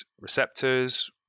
receptors